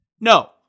No